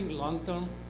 long-term.